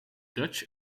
dutch